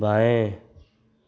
बाएँ